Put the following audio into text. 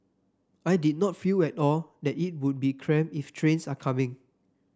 I did not feel at all that it would be cramped if trains are coming